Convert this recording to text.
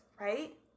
right